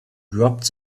dropped